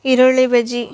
ಈರುಳ್ಳಿ ಬಜ್ಜಿ